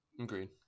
Agreed